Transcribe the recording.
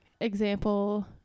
example